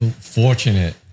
Fortunate